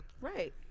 Right